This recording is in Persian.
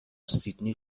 سیدنی